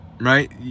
right